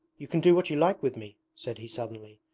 you can do what you like with me said he suddenly,